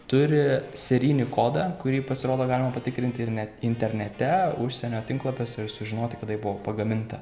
turi serijinį kodą kurį pasirodo galima patikrinti ir net internete užsienio tinklapiuose ir sužinoti kada ji buvo pagaminta